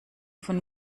von